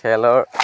খেলৰ